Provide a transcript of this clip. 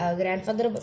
grandfather